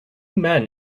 men